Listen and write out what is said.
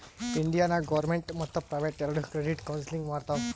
India ನಾಗ್ government ಮತ್ತ private ಎರೆಡು ಕ್ರೆಡಿಟ್ ಕೌನ್ಸಲಿಂಗ್ ಮಾಡ್ತಾವ್